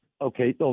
Okay